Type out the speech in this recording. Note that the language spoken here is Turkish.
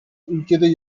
ülkede